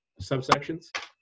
subsections